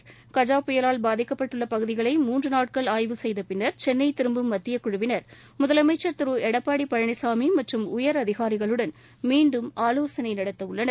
மூன்று நாட்கள் கஜா புயலால் பாதிக்கப்பட்ட பகுதிகளை ஆய்வு செய்த பின்னர் சென்ளை திரும்பும் மத்தியக் குழுவினர் முதலமைச்சர் திரு எடப்பாடி பழனிசாமி மற்றும் உயர் அதிகாரிகளுடன் மீண்டும் ஆலோசனை நடத்த உள்ளனர்